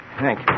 Thank